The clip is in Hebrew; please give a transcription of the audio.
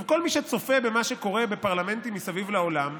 כל מי שצופה במה שקורה בפרלמנטרים מסביב לעולם,